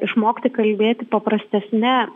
išmokti kalbėti paprastesne